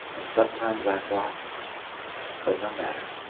and sometimes i thought but no matter,